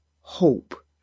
hope